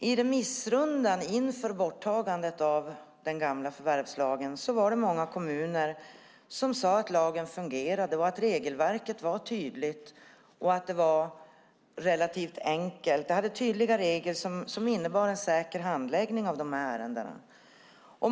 I remissrundan inför borttagandet av den gamla förvärvslagen var det många kommuner som sade att lagen fungerade och att regelverket var tydligt, vilket gav en säker handläggning av dessa ärenden.